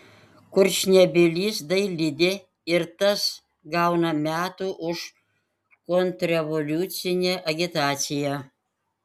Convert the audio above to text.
kurčnebylis dailidė ir tas gauna metų už kontrrevoliucine agitaciją